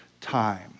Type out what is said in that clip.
time